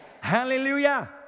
Hallelujah